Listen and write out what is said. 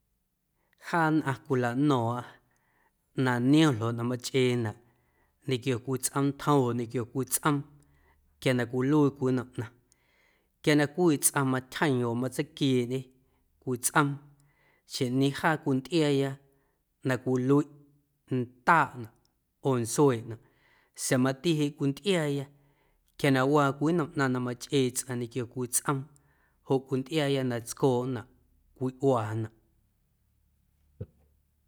Jaa nnꞌaⁿ cwilaꞌno̱o̱ⁿꞌa na niom ljoꞌ na machꞌeenaꞌ ñequio cwii tsꞌoomntjom oo cwii tsꞌoom quia na cwiluii cwii nnom ꞌnaⁿ quia na cwii tsꞌaⁿ matyjeeⁿ oo matseiquieeꞌñê cwii tsꞌoom xjeⁿꞌñee jaa cwintꞌiaaya na cwiluiꞌ ndaaꞌnaꞌ oo ntsueeꞌnaꞌ sa̱a̱ matiꞌ jeꞌ cwintꞌiaaya quia na waa cwii nnom ꞌnaⁿ na machꞌee tsꞌaⁿ ñequio cwii tsꞌoom joꞌ cwintꞌiaaya na tscooꞌnaꞌ cwicꞌuaanaꞌ.